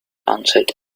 answered